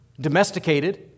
domesticated